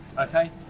Okay